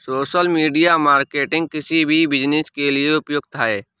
social media marketing किसी भी business के लिए उपयुक्त है